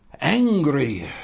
angry